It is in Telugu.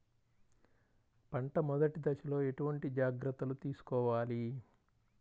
పంట మెదటి దశలో ఎటువంటి జాగ్రత్తలు తీసుకోవాలి?